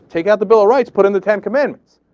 take out the bill of rights, put in the ten commandments.